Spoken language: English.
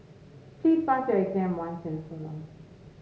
please pass your exam once and for all